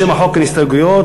לשם החוק אין הסתייגויות,